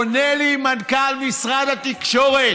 עונה לי מנכ"ל משרד התקשורת: